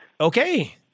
Okay